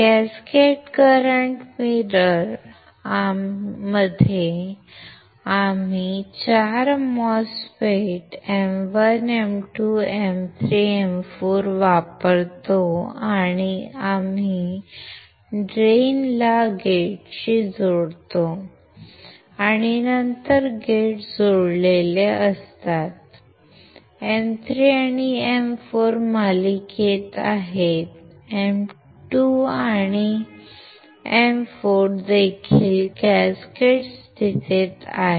cascade current आरशात आम्ही 4 MOSFETs M1 M2 M3 M4 वापरतो आणि आम्ही ड्रेन ला गेटशी जोडतो आणि नंतर गेट जोडलेले असतात M3 आणि M4 मालिकेत आहेत M2 आणि M4 देखील कॅस्केड स्थितीत आहेत